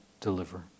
deliver